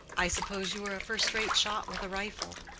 i suppose you are a first-rate shot with a rifle.